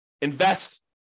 invest